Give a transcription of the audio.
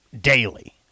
daily